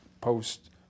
post